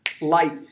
light